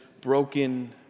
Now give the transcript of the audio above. broken